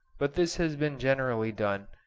but this has been generally done,